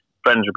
friends